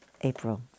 April